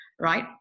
right